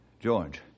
George